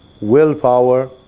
willpower